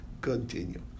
continue